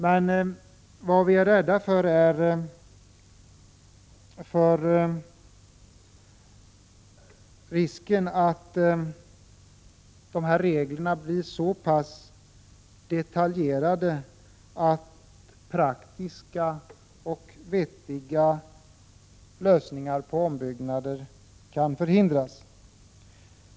Men vad vi är rädda för är risken för att dessa regler blir så pass detaljerade att praktiska och vettiga lösningar förhindras när det gäller ombyggnader.